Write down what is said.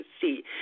see